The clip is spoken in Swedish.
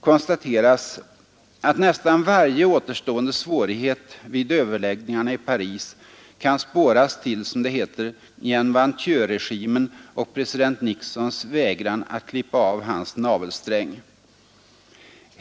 konstateras att ”nästan varje återst ende av amerikaner och vietnameser, nde svårighet” vid överläggningarna i Paris ”kan spåras till Nguyen Van Thieu-regimen och president Nixons vägran att klippa av hans navelsträng”.